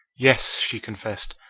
yes, she confessed,